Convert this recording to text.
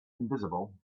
invisible